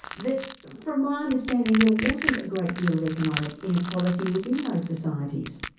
that from my understanding there wasn't a great deal of economic inequality within those societies.